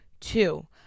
Two